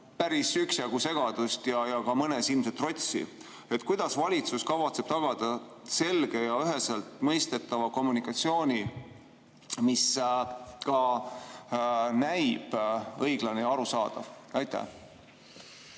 üksjagu segadust ja mõnes ilmselt ka trotsi. Kuidas valitsus kavatseb tagada selge ja üheselt mõistetava kommunikatsiooni, mis ka näib õige ja arusaadav?